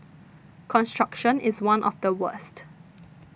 construction is one of the worst